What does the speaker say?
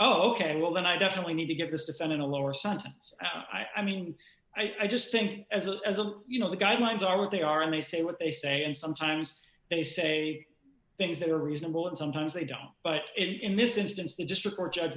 oh ok well then i definitely need to get this defendant a lower sentence i mean i just think as a as a you know the guidelines are what they are and they say what they say and sometimes they say things that are reason well and sometimes they don't but in this instance the district court judge